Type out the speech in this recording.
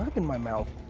in my mouth.